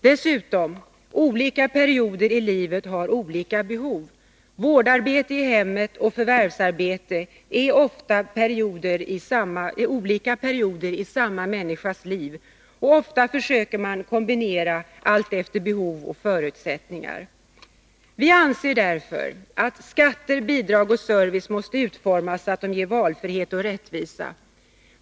Dessutom: För olika perioder i livet gäller olika behov. Vårdarbete i hemmet och förvärvsarbete avser ofta olika perioder i samma människas liv, och ofta försöker man kombinera alltefter behov och förutsättningar. Vi anser därför att skatter, bidrag och service måste utformas så, att de medger valfrihet och rättvisa.